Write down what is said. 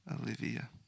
Olivia